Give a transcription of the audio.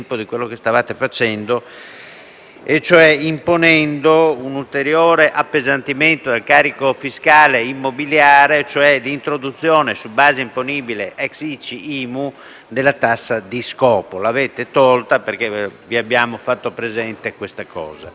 facendo, imponendo un ulteriore appesantimento del carico fiscale immobiliare, con l'introduzione su base imponibile (ex ICI e IMU) della tassa di scopo. L'avete tolta perché ve l'abbiamo fatto presente. Visto che il Governo